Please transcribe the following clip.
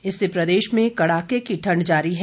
इससे प्रदेश में कड़ाके की ठंड जारी है